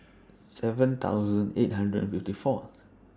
seven thousand eight hundred and fifty Fourth